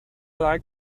like